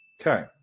Okay